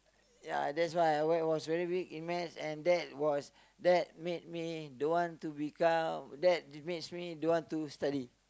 ya that's why I was was very weak in maths and that was that made me don't want to become that makes me don't want to study